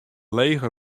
lege